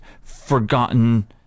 forgotten